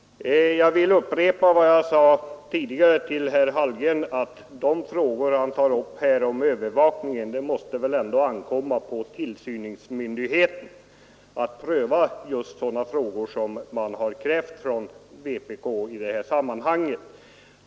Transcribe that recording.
Jag vill upprepa vad jag sade tidigare till herr Hallgren, när han här talar om övervakningen, nämligen att det ändå måste ankomma på tillsynsmyndigheten att pröva just sådana frågor som vpk aktualiserar i det här sammanhanget.